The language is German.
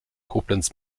koblenz